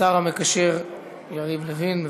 השר המקשר יריב לוין.